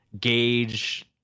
gauge